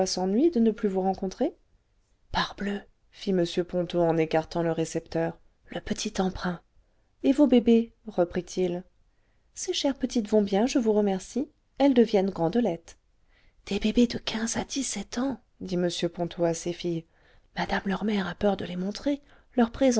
s'ennuie de ne plus vous rencontrer le vingtième siècle parbleu fit m ponto en écartant le récepteur le petit emprunt et vos bébés reprit-il ces chères petites vont bien je vous remercie elles deviennent grandelettes des bébés de quinze à dix-sept ans dit m ponto à ses filles spectateurs africains par le t e leph ono scope madame leur mère a peur de les montrer leur